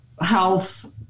health